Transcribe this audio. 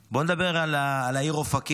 בואו נדבר על העיר אופקים,